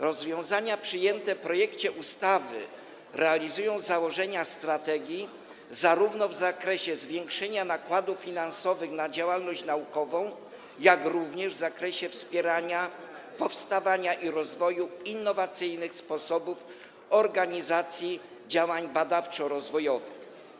Rozwiązania przyjęte w projekcie ustawy realizują założenia strategii zarówno w zakresie zwiększenia nakładów finansowych na działalność naukową, jak i w zakresie wspierania powstawania i rozwoju innowacyjnych sposobów organizacji działań badawczo-rozwojowych.